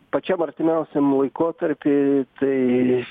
pačiam artimiausiam laikotarpy tai